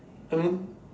I mean